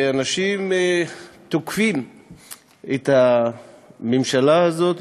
אנשים תוקפים את הממשלה הזאת,